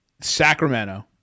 Sacramento